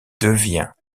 devient